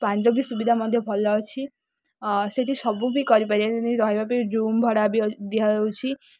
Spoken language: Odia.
ପାଣିର ବି ସୁବିଧା ମଧ୍ୟ ଭଲ ଅଛି ସେଠି ସବୁ ବି କରିପାରିବେ ଯେମିତି ରହିବା ପାଇଁ ରୁମ୍ ଭଡ଼ା ବି ଦିଆଯାଉଛି